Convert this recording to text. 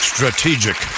Strategic